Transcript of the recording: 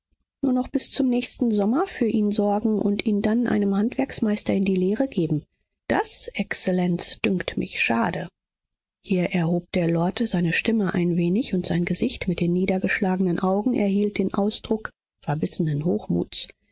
nur noch bis zum nächsten sommer für ihn sorgen und ihn dann einem handwerksmeister in die lehre geben das exzellenz dünkt mich schade hier erhob der lord seine stimme ein wenig und sein gesicht mit den niedergeschlagenen augen erhielt den ausdruck verbissenen hochmuts